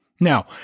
Now